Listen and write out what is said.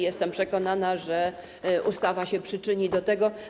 Jestem przekonana, że ustawa się przyczyni do tego.